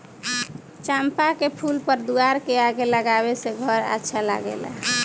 चंपा के फूल घर दुआर के आगे लगावे से घर अच्छा लागेला